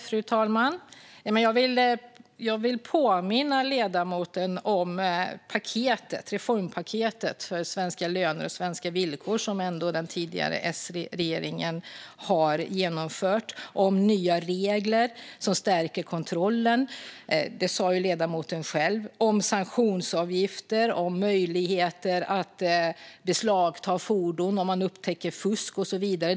Fru talman! Jag vill påminna ledamoten om det reformpaket för svenska löner och svenska villkor som den tidigare S-regeringen har genomfört. Vi har nya regler som stärker kontrollen, som ledamoten själv sa. Vi har sanktionsavgifter, möjligheter att beslagta fordon om man upptäcker fusk och så vidare.